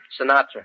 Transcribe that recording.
Sinatra